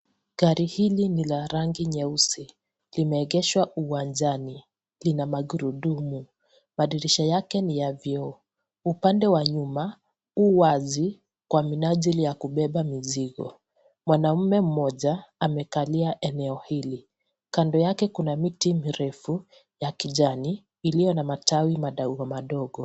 Gari hili ni la rangi nyeusi. Limeegeshwa uwanjani. Lina magurudumu. Madirisha yake ni ya vyioo. Upande wa nyuma , u wazi kwa minajili ya kubeba mizigo. Mwanaume mmoja, amekalia eneo hili. Kando yake kuna miti mirefu ya kijani iliyo na matawi madogo madogo.